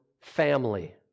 family